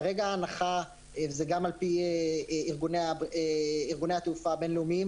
כרגע ההנחה וזה גם על-פי ארגוני התעופה הבין-לאומיים